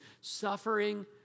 suffering